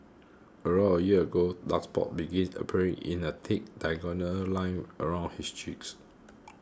around a year ago dark spots began appearing in a thick diagonal line around his cheeks